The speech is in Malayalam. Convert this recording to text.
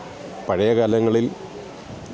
പഴയ കാലങ്ങളിൽ